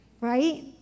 right